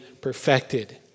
perfected